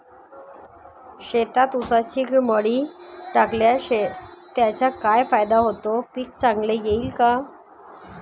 शेतात ऊसाची मळी टाकल्यास त्याचा काय फायदा होतो, पीक चांगले येईल का?